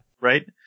Right